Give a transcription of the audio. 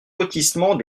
lotissement